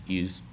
use